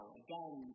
again